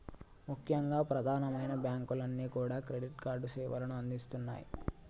ముఖ్యంగా ప్రధానమైన బ్యాంకులన్నీ కూడా క్రెడిట్ కార్డు సేవలను అందిస్తున్నాయి